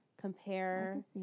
compare